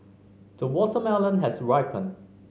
the watermelon has ripened